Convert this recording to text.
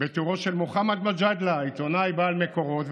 בתיאורו של מוחמד מג'אדלה, עיתונאי בעל מקורות.